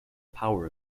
power